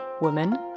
Women